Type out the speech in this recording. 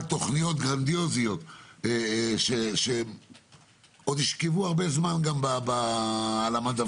תוכניות גרנדיוזיות שעוד ישכבו הרבה זמן גם על המדפים,